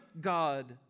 God